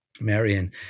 Marion